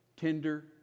tender